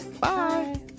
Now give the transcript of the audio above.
Bye